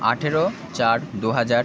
আঠেরো চার দুহাজার